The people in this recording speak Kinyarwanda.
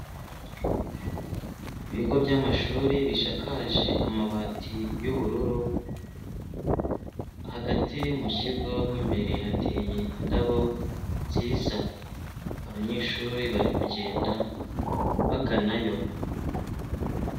Ibigo by'amashuri bishakaje amabati y'ubururu hagati mu kigo mo imbere hateye indabo nziza, abanyeshuri bari kugenda baganayo.